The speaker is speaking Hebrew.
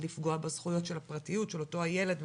לפגוע בזכויות של הפרטיות של אותו הילד.